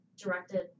directed